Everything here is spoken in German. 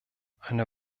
eine